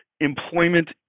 Employment